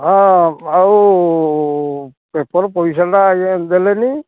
ହଁ ଆଉ ପେପର୍ ପଇସାଟା ଆଜ୍ଞା ଦେଲେନି